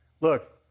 look